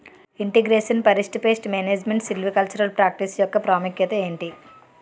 integration forest pest management silvicultural practice యెక్క ప్రాముఖ్యత ఏంటి